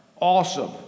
awesome